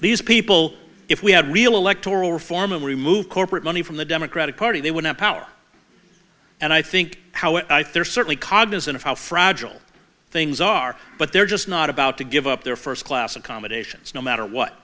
these people if we had real electoral reform and remove corporate money from the democratic party they would have power and i think how i thirst certainly cognizant of how fragile things are but they're just not about to give up their first class accommodations no matter what